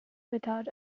without